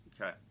Okay